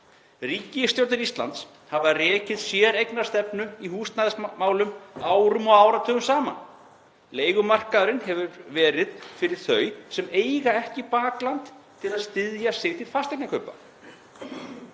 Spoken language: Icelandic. Ríkisstjórnir Íslands hafa rekið séreignarstefnu í húsnæðismálum árum og áratugum saman. Leigumarkaðurinn hefur verið fyrir þau sem eiga ekki bakland til að styðja sig til fasteignakaupa.